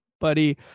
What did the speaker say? buddy